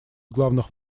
главных